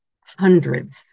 hundreds